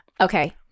Okay